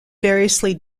variously